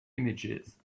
images